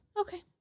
Okay